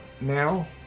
now